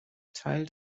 teil